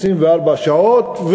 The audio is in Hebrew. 24 שעות,